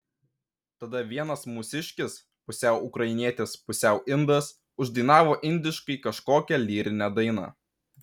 tada vienas mūsiškis pusiau ukrainietis pusiau indas uždainavo indiškai kažkokią lyrinę dainą